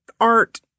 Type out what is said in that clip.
art